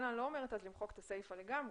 אני לא אומרת למחוק את הסיפה לגמרי.